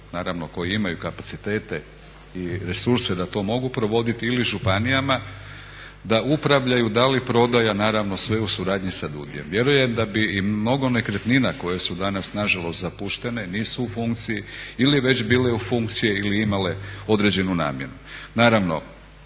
naravno koje imaju kapacitet i resurse da to mogu provoditi ili županijama, da upravljaju da li prodaja, naravno sve u suradnji sa DUUDI-em. Vjerujem da bi i mnogo nekretnina koje su danas nažalost zapuštene i nisu u funkciji ili već bile u funkciji ili imale određenu namjenu.